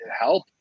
help